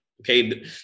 Okay